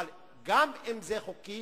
אבל גם אם זה חוקי,